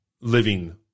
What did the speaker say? living